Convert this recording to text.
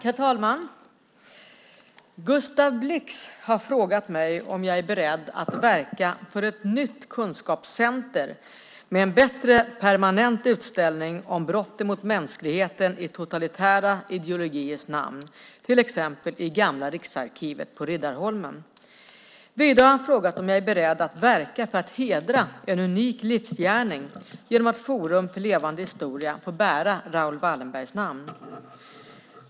Herr talman! Gustav Blix har frågat mig om jag är beredd att verka för ett nytt kunskapscenter med en bättre permanent utställning om brotten mot mänskligheten i totalitära ideologiers namn, till exempel i Gamla riksarkivet på Riddarholmen. Vidare har han frågat om jag är beredd att verka för att hedra en unik livsgärning genom att Forum för levande historia får bära Raoul Wallenbergs namn.